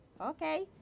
okay